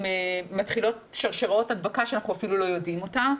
ומתחילות שרשראות הדבקה שאנחנו אפילו לא יודעים אותן.